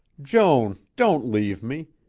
joan! don't leave me.